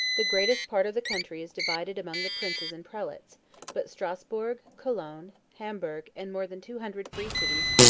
the greatest part of the country is divided among the princes and prelates but strasburg, cologne, hamburgh, and more than two hundred free cities,